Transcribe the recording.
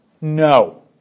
No